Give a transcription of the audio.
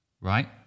Right